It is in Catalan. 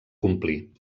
complir